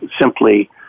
simply